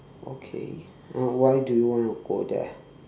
okay uh why do you want to go there